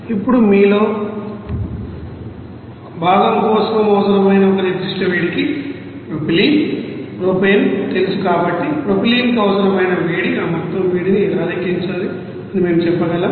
ఇప్పుడు మీలో భాగం కోసం అవసరమైన ఒక నిర్దిష్ట వేడికి ప్రొపైలీన్ ప్రొపేన్ తెలుసు కాబట్టి ప్రొపైలీన్కు అవసరమైన వేడి ఆ మొత్తం వేడిని ఎలా లెక్కించాలి అని మేము చెప్పగలం